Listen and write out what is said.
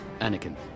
Anakin